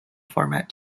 format